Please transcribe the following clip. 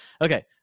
okay